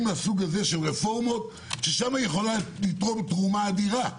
מסוג זה של רפורמות ששם יכולה לתרום תרומה אדירה.